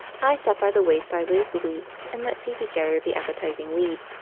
i sat by the wayside lazily and let phoebe gather the appetising weed,